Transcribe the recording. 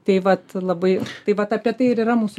tai vat labai tai vat apie tai ir yra mūsų